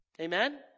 Amen